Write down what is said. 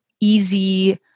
easy